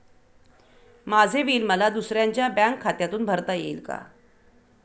माझे बिल मला दुसऱ्यांच्या बँक खात्यातून भरता येईल का?